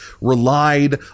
relied